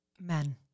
Men